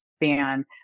ban